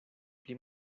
pli